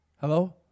Hello